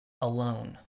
alone